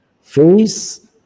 face